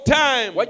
time